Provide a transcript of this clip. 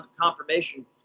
confirmation